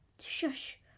shush